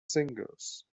singles